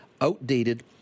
outdated